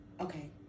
okay